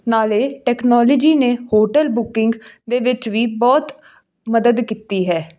ਨਾਲੇ ਟੈਕਨੋਲਜੀ ਨੇ hotel booking ਦੇ ਵਿੱਚ ਵੀ ਬਹੁਤ ਮਦਦ ਕੀਤੀ ਹੈ